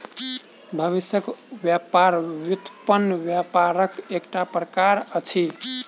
भविष्यक व्यापार व्युत्पन्न व्यापारक एकटा प्रकार अछि